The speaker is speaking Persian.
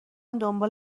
دنبال